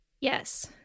Yes